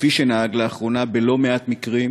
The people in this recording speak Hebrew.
כפי שנהג לאחרונה בלא-מעט מקרים,